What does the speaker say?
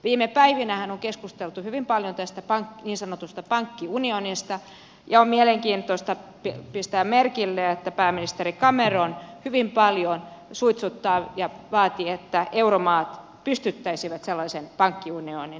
viime päivinähän on keskusteltu hyvin paljon tästä niin sanotusta pankkiunionista ja on mielenkiintoista pistää merkille että pääministeri cameron hyvin paljon suitsuttaa ja vaati että euromaat pystyttäisivät sellaisen pankkiunionin